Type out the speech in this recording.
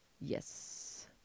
Yes